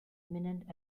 imminent